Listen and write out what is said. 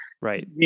Right